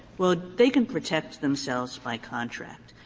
well, they can protect themselves by contract.